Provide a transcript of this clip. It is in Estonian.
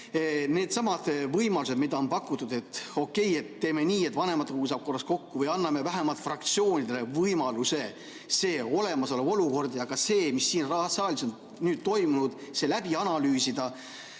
needsamad võimalused, mida on pakutud, et okei, teeme nii, et vanematekogu saab korraks kokku, või anname vähemalt fraktsioonidele võimaluse see olukord ja ka see, mis siin saalis on nüüd toimunud, läbi analüüsida.